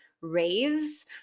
raves